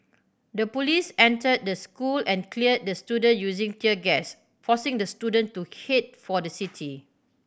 the police entered the school and cleared the student using tear gas forcing the student to head for the city